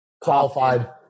qualified